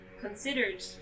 considered